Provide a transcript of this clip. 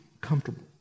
comfortable